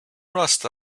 rust